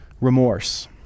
remorse